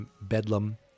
bedlam